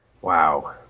Wow